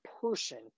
person